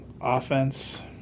offense